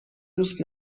دوست